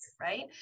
Right